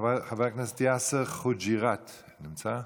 חבר הכנסת יאסר חוג'יראת, נמצא?